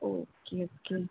okay okay